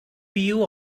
you